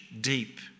deep